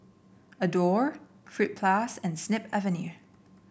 Adore Fruit Plus and Snip Avenue